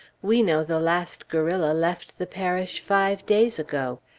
we know the last guerrilla left the parish five days ago.